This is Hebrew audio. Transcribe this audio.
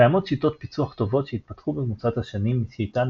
קיימות שיטות פיצוח טובות שהתפתחו במרוצת השנים שאיתן